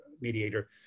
mediator